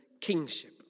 kingship